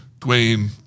Dwayne